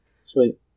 sweet